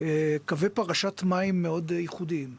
קווי פרשת מים מאוד ייחודיים.